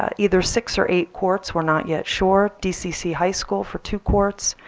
ah either six or eight courts we're not yet sure, dcc high school for two courts,